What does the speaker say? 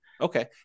Okay